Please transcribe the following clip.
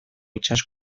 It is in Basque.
itsas